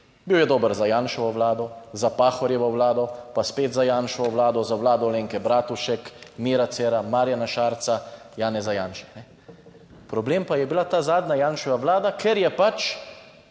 Bil je dober za Janševo vlado, za Pahorjevo Vlado, pa spet za Janševo vlado, za Vlado Alenke Bratušek, Mira Cerarja, Marjana Šarca, Janeza Janše. Problem pa je bila ta zadnja Janševa vlada, ker je pač